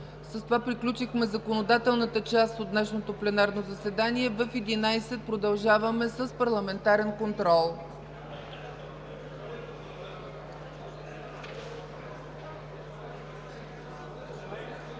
С това приключихме законодателната част от днешното пленарно заседание. В 11,00 ч. продължаваме с Парламентарен контрол.